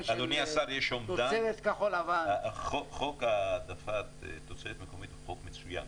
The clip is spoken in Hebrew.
אדוני השר, חוק העדפת תוצרת מקומית הוא חוק מצוין.